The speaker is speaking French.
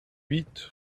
huit